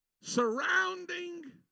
surrounding